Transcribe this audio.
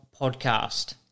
podcast